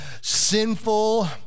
sinful